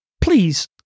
please